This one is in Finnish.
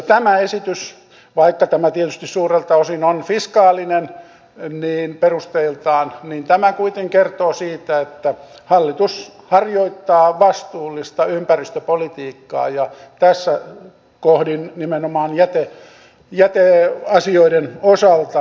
tämä esitys vaikka tämä tietysti suurelta osin on perusteiltaan fiskaalinen kuitenkin kertoo siitä että hallitus harjoittaa vastuullista ympäristöpolitiikkaa ja tässä kohdin nimenomaan jäteasioiden osalta